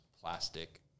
plastic